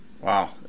wow